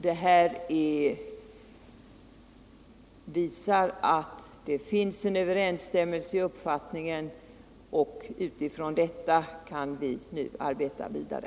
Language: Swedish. Det visar att det finns en stor överensstämmelse i våra uppfattningar, och utifrån detta kan vi nu arbeta vidare.